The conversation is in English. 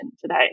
today